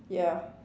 ya